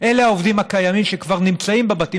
אלה העובדים הקיימים שכבר נמצאים בבתים